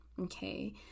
okay